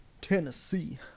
Tennessee